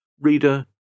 Reader